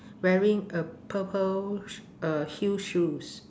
wearing a purple sh~ uh heel shoes